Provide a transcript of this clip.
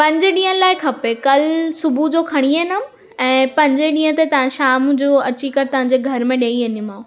पंज ॾींहंनि लाइ खपे कल्ह सुबुह जो खणी ईंदमि ऐं पंजें ॾींहं ते तव्हां शाम जो अची करे तव्हांजे घर में ॾेई वेंदीमांव